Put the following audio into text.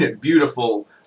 beautiful